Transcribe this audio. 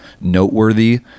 noteworthy